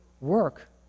work